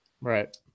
right